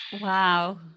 Wow